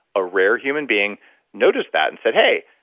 a rare human being noticed that and said, hey,